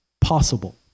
possible